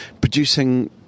producing